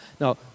Now